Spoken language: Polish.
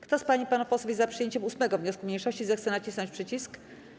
Kto z pań i panów posłów jest za przyjęciem 8. wniosku mniejszości, zechce nacisnąć przycisk.